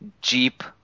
Jeep